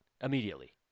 immediately